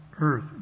earth